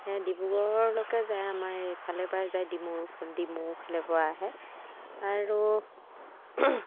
ডিব্ৰুগড়লৈকে যায় আমাৰ এইফালে পৰাই যায় ডিমৌ ডিমৌফালে পৰা আহে আৰু